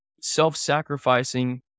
self-sacrificing